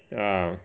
yeah